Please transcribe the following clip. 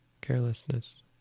carelessness